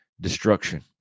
destruction